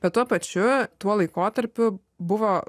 bet tuo pačiu tuo laikotarpiu buvo